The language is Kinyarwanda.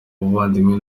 ubuvandimwe